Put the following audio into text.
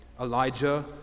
Elijah